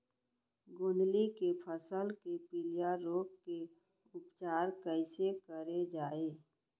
गोंदली के फसल के पिलिया रोग के उपचार कइसे करे जाये?